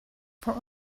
for